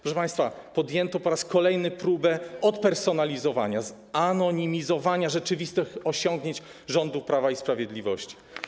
Proszę państwa, po raz kolejny podjęto próbę odpersonalizowania, zanonimizowania rzeczywistych osiągnięć rządów Prawa i Sprawiedliwości.